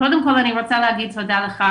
קודם כל אני רוצה להגיד תודה לך,